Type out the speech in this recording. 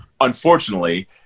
unfortunately